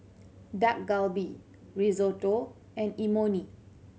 Dak Galbi Risotto and Imoni